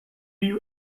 you